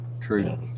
true